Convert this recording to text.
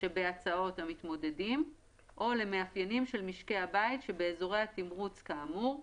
שבהצעות המתמודדים או למאפיינים של משקי הבית שבאזורי התמרוץ כאמור."